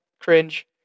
cringe